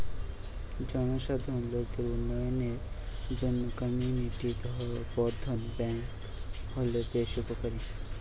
জনসাধারণ লোকদের উন্নয়নের জন্যে কমিউনিটি বর্ধন ব্যাংক গুলো বেশ উপকারী